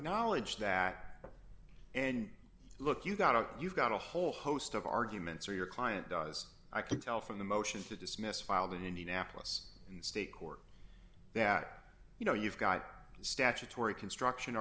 acknowledge that and look you got to you've got a whole host of arguments or your client does i can tell from the motion to dismiss filed in indianapolis in state court that you know you've got statutory construction